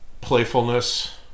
Playfulness